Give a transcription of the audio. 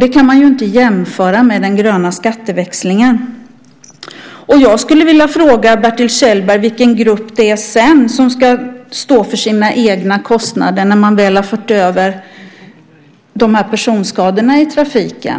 Det kan man inte jämföra med den gröna skatteväxlingen. Jag skulle vilja fråga Bertil Kjellberg vilken grupp som därefter ska stå för sina egna kostnader när man väl har fört över kostnaderna för personskadorna i trafiken.